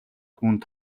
түүнд